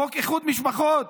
חוק איחוד משפחות,